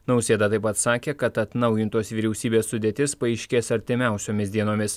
nausėda taip pat sakė kad atnaujintos vyriausybės sudėtis paaiškės artimiausiomis dienomis